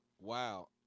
Wow